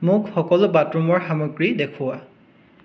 মোক সকলো বাথৰুমৰ সামগ্ৰী দেখুওৱা